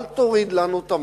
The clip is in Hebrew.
אל תוריד לנו את המס,